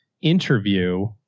interview